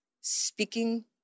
speaking